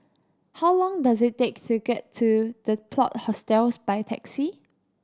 how long does it take to get to The Plot Hostels by taxi